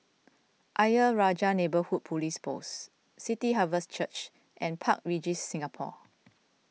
Ayer Rajah Neighbourhood Police Post City Harvest Church and Park Regis Singapore